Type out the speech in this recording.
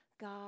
God